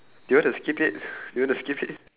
do you want to skip it do you want to skip it